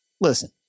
Listen